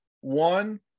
One